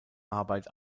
arbeit